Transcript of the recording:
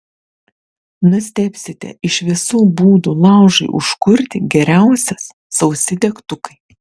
nustebsite iš visų būdų laužui užkurti geriausias sausi degtukai